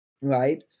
right